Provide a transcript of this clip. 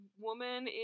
woman